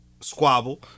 squabble